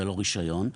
ולא רישיון.